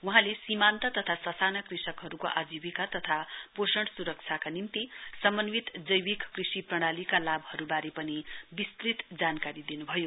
वहाँले सीमान्त ताथा ससाना कृषकहरूको आजीविका तथा पोषण सुरक्षाका निम्ति समन्वित जैविक कृषि प्रणालीका लाभहरूबारे पनि विस्तृत जानकारी दिनुभयो